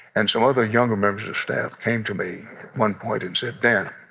and some other younger members of staff came to me one point and said, dan,